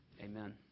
Amen